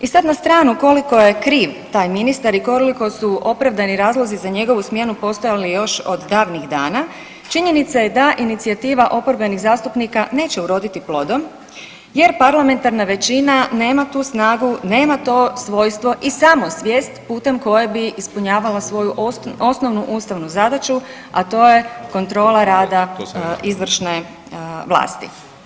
I sad na stranu koliko je kriv taj ministar i koliko su opravdani razlozi za njegovu smjenu postojali još od davnih dana, činjenica je da inicijativa oporbenih zastupnika neće uroditi plodom jer parlamentarna većina nema tu snagu, nema to svojstvo i samosvijest putem koje bi ispunjavala svoju osnovnu ustavnu zadaću, a to je kontrola rada izvršne vlasti.